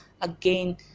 Again